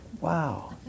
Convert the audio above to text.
Wow